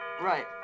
Right